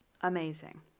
Amazing